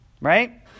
Right